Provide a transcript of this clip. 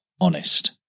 honest